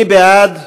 מי בעד?